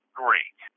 great